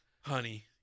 honey